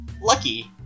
Lucky